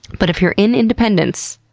but if you're in independence,